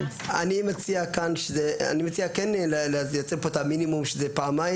אני מציע כן לייצר פה את המינימום שזה פעמיים